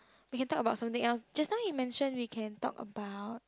we can talk about something else just now he mention we can talk about